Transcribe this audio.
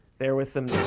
there was some.